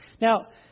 Now